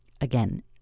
Again